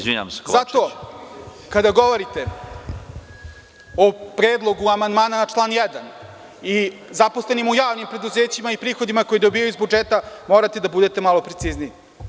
Zato, kada govorite o predlogu amandmana na član 1. i zaposlenima u javnim preduzećima i prihodima koje dobijaju iz budžeta, morate da budete malo precizniji.